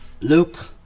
Luke